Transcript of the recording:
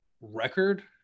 record